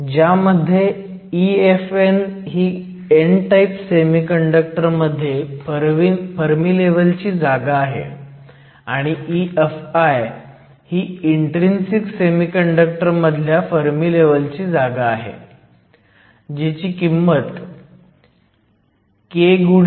ज्यामध्ये EFn ही n type semiconductor मध्ये फर्मी लेव्हलची जागा आहे आणि EFi ही इन्ट्रीन्सिक सेमीकंडक्टर मधल्या फर्मी लेव्हल ची जागा आहे जीची किंमत kTln nni आहे